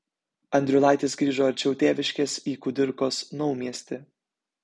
andriulaitis grįžo arčiau tėviškės į kudirkos naumiestį